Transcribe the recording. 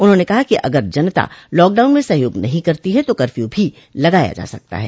उन्होंने कहा कि अगर जनता लॉकडाउन में सहयोग नहीं करती है तो कर्फ्यू भी लगाया जा सकता है